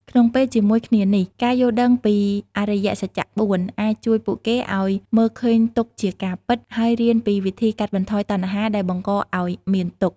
ក្នុងពេលជាមួយគ្នានេះ ការយល់ដឹងពីអរិយសច្ចៈ ៤ អាចជួយពួកគេឲ្យមើលឃើញទុក្ខជាការពិត ហើយរៀនពីវិធីកាត់បន្ថយតណ្ហាដែលបង្កឲ្យមានទុក្ខ។